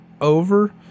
over